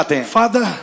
Father